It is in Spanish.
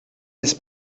les